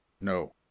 No